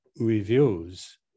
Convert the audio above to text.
reviews